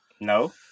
no